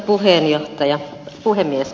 arvoisa puhemies